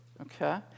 Okay